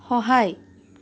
সহায়